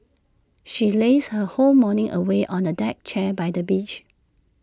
she lazed her whole morning away on A deck chair by the beach